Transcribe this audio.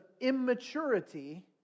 immaturity